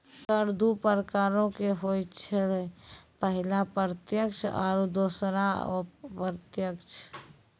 कर दु प्रकारो के होय छै, पहिला प्रत्यक्ष आरु दोसरो अप्रत्यक्ष